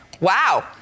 Wow